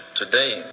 today